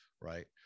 right